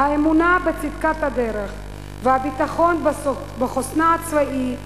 האמונה בצדקת הדרך והביטחון בחוסנה הצבאי,